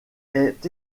est